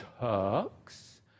Turks